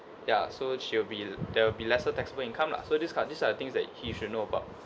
ya so she'll be there'll be lesser taxable income lah so this kind these are the things that he should know about